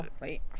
wait